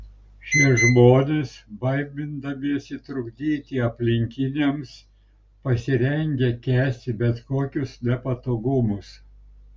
šie žmonės baimindamiesi trukdyti aplinkiniams pasirengę kęsti bet kokius nepatogumus